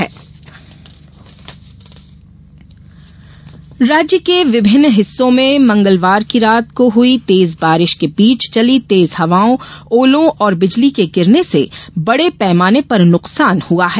बारिश मौत राज्य के विभिन्न हिस्सों में मंगलवार की रात को हुई तेज बारिश के बीच चली तेज हवाओं ओलों और बिजली के गिरने से बड़े पैमाने पर नुकसान हुआ है